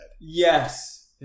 Yes